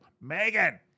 Megan